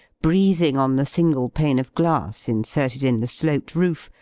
breathing on the single pane of glass, inserted in the sloped roof,